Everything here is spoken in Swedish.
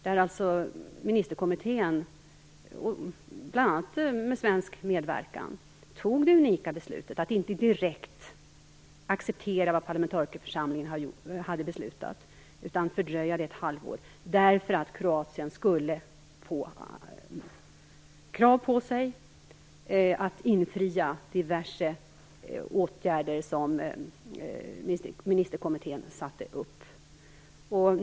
Där fattade ministerkommittén, bl.a. med svensk medverkan, det unika beslutet att inte direkt acceptera vad parlamentarikerförsamlingen hade beslutat utan fördröja det ett halvår därför att Kroatien skulle få tid på sig att infria diverse krav som ministerkommittén satte upp.